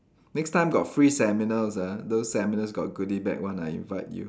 next time got free seminars ah those seminars got goody bag one I invite you